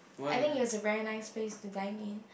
I think it was a very nice place to dine in